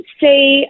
say